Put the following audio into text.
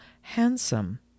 handsome